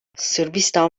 sırbistan